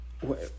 what-